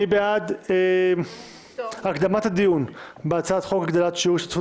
מי בעד הקדמת הדיון בהצעת חוק להגדלת שיעור השתתפות